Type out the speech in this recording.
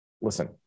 Listen